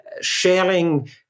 Sharing